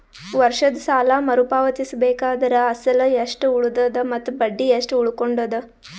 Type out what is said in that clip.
ವರ್ಷದ ಸಾಲಾ ಮರು ಪಾವತಿಸಬೇಕಾದರ ಅಸಲ ಎಷ್ಟ ಉಳದದ ಮತ್ತ ಬಡ್ಡಿ ಎಷ್ಟ ಉಳಕೊಂಡದ?